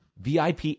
VIP